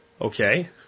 Okay